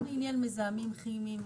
גם לעניין מזהמים כימיים,